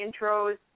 intros